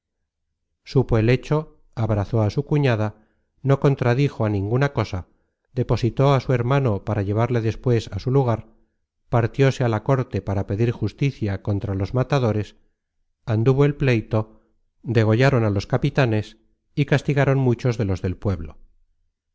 supo el hecho abrazó á su cuñada no contradijo á ninguna cosa depositó á su hermano para llevarle despues á su lugar partióse á la córte para pedir justicia contra los matadores anduvo el pleito degollaron á los capitanes y castigaron muchos de los del pueblo